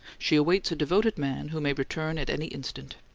she awaits a devoted man who may return at any instant.